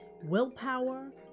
Willpower